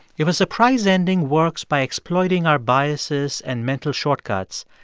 if a surprise ending works by exploiting our biases and mental shortcuts,